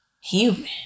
human